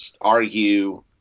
argue